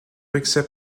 accept